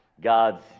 God's